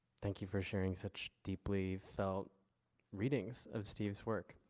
thank you for sharing such deeply felt readings of steve's work.